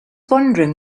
wondering